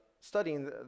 Studying